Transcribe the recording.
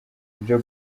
byo